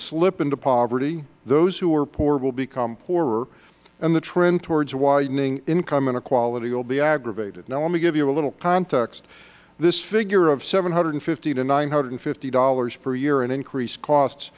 slip into poverty those who are poor will become poorer and the trend toward widening income inequality will be aggravated now let me give you a little context this figure of seven hundred and fifty dollars to nine hundred and fifty dollars per year in increased costs